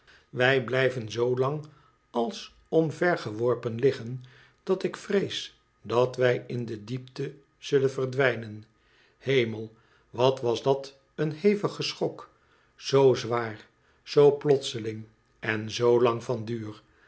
wij blijven zoo lang als omvergeworpen liggen dat ik vrees wij in de diepte zullen verdwijnen hemel wat was dat een hevige schok z zwaar z plotseling en z lang van duur